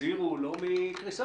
הזהירו לא מקריסה,